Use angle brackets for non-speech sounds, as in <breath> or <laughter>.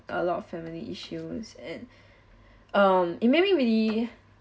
a lot of family issues and <breath> um maybe we